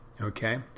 Okay